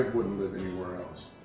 wouldn't live anywhere else.